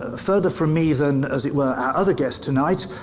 ah further from me then, as it were, our other guest tonight,